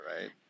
right